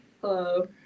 hello